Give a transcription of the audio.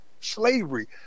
slavery